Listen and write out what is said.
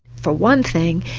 for one thing,